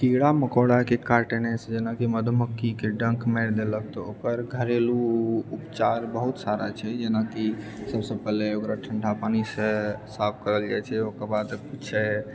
कीड़ा मकोड़ाके काटने से जेनाकि मधुमक्खीके डङ्क मारि देलक तऽ ओकर घरेलु उपचार बहुत सारा छै जेनाकि सबसँ पहिले ओकरा ठण्डा पानिसे साफ करल जाइत छै ओकर बाद किछु